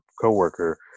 coworker